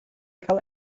cael